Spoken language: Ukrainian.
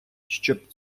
щоб